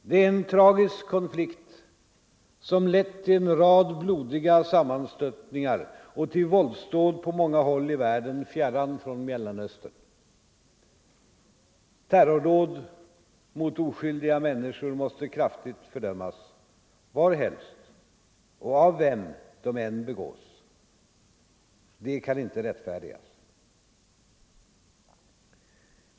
Det är en tragisk konflikt som lett till en rad blodiga sammanstötningar och till våldsdåd på många håll i världen fjärran från Mellanöstern. Terrordåd mot oskyldiga människor måste kraftigt fördömas varhelst och av vem de än begås. De kan inte rättfärdigas.